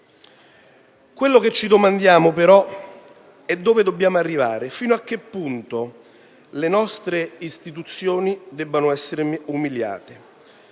Quello che ci domandiamo, però, è dove dobbiamo arrivare, fino a che punto cioè le nostre istituzioni debbano essere umiliate,